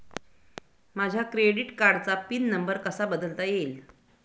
माझ्या क्रेडिट कार्डचा pin number कसा बदलता येईल?